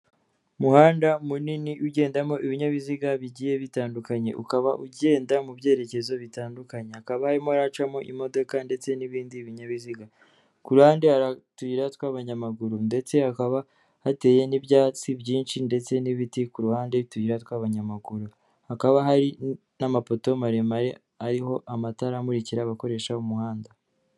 Umuhanda munini ugendamo ibinyabiziga bigiye bitandukanye ukaba ugenda mu byerekezo bitandukanye, hakaba harimo haracamo imodoka ndetse n'ibindi binyabiziga, ku ruhande hari utuyira tw'abanyamaguru ndetse hakaba hateye n'ibyatsi byinshi ndetse n'ibiti ku ruhande y'utuyira tw'abanyamaguru, hakaba hari n'amapoto maremare ariho amatara amurikira abakoresha umuhanda.